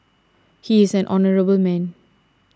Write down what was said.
he is an honourable man